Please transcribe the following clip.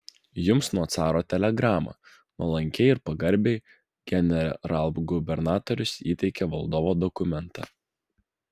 jums nuo caro telegrama nuolankiai ir pagarbiai generalgubernatorius įteikė valdovo dokumentą